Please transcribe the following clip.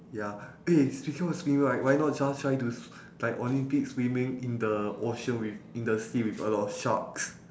ya eh speaking about swimming right why not just try to s~ like olympics swimming in the ocean with in the sea with a lot of sharks